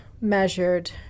measured